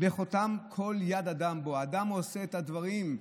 וחותם כל יד אדם בו" האדם עושה את הדברים.